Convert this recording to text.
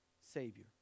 Savior